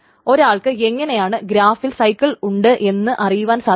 ഒരാൾക്ക് എങ്ങനെയാണ് ഗ്രാഫിൽ സൈക്കിൾ ഉണ്ട് എന്ന് അറിയുവാൻ സാധിക്കുക